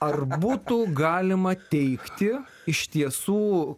ar būtų galima teigti iš tiesų